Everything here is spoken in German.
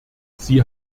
sie